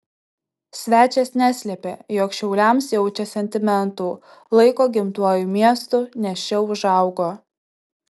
svečias neslėpė jog šiauliams jaučia sentimentų laiko gimtuoju miestu nes čia užaugo